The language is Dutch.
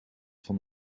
van